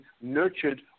nurtured